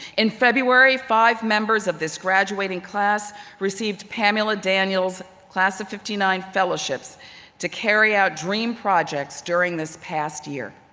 in february, five members of this graduating class received pamela daniels class of fifty nine fellowships to carry out dream projects during this past year.